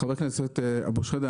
חבר הכנסת אבו שחאדה,